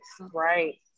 right